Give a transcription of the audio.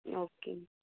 okay